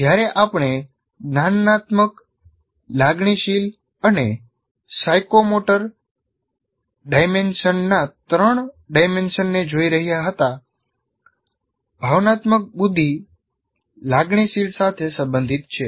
જ્યારે આપણે જ્ઞાનનાત્મક લાગણીશીલ અને સાયકોમોટર ડોમેન્સના ત્રણ ડોમેન્સને જોઈ રહ્યા હતા ભાવનાત્મક બુદ્ધિ લાગણીશીલ સાથે સંબંધિત છે